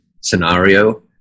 scenario